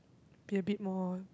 be a bit more